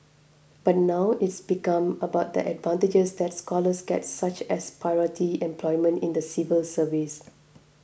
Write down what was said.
but now it's become about the advantages that scholars get such as priority employment in the civil service